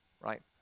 right